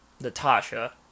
Natasha